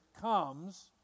comes